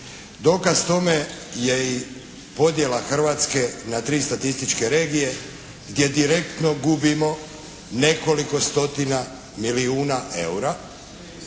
Dokaz tome je i podjela Hrvatske na tri statističke regije, gdje direktno gubimo nekoliko stotina milijuna eura,